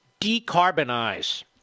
Decarbonize